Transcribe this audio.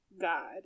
God